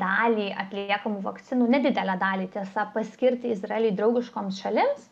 dalį atliekamų vakcinų nedidelę dalį tiesa paskirti izraeliui draugiškoms šalims